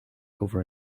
over